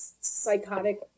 psychotic